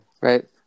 Right